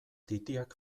titiak